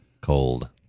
cold